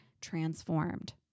transformed